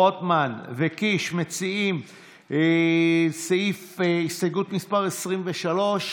שמחה רוטמן ויואב קיש מציעים את הסתייגות מס' 23,